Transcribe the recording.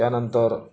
त्यानंतर